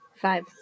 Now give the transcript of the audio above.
Five